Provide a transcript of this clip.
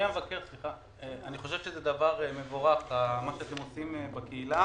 אני חושב שזה דבר מבורך מה שאתם עושים בקהילה,